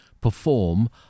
perform